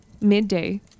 midday